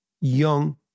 young